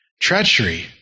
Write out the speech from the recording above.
treachery